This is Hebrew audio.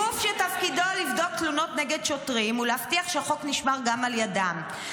גוף שתפקידו לבדוק תלונות נגד שוטרים ולהבטיח שהחוק נשמר גם על ידיהם.